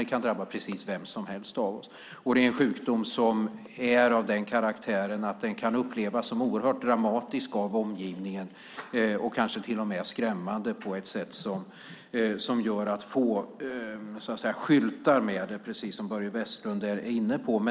Det kan drabba precis vem som helst av oss. Det är en sjukdom som är av den karaktären att den kan upplevas som oerhört dramatisk av omgivningen och kanske till och med skrämmande på ett sätt som gör att få skyltar med det, precis som Börje Vestlund är inne på.